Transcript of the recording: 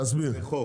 תסביר.